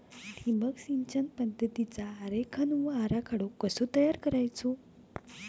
ठिबक सिंचन पद्धतीचा आरेखन व आराखडो कसो तयार करायचो?